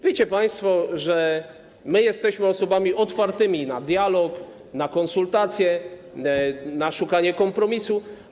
Wiecie państwo, że jesteśmy osobami otwartymi na dialog, konsultacje i szukanie kompromisu.